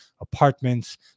apartments